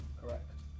Correct